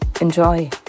Enjoy